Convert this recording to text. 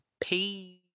Peace